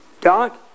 Doc